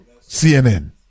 CNN